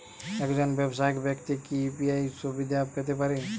একজন ব্যাবসায়িক ব্যাক্তি কি ইউ.পি.আই সুবিধা পেতে পারে?